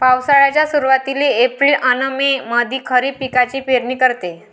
पावसाळ्याच्या सुरुवातीले एप्रिल अन मे मंधी खरीप पिकाची पेरनी करते